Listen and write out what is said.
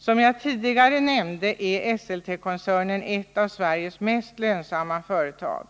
Som jag tidigare nämnde är Esseltekoncernen ett av Sveriges mest lönsamma företag.